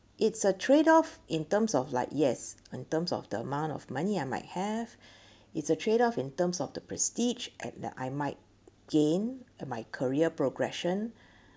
it's a trade off in terms of like yes in terms of the amount of money I might have it's a trade off in terms of the prestige at the I might gain and my career progression